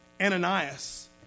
Ananias